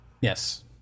Yes